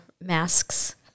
masks